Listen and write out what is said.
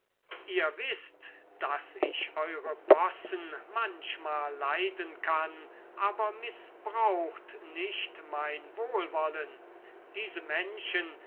ihr wißt daß ich eure possen manchmal leiden kann aber mißbraucht nicht mein wohlwollen diese menschen